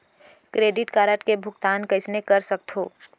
Credit card के भुगतान कइसने कर सकथो?